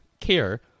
care